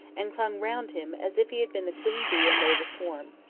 and clung round him as if he had been the queen-bee and they the swarm.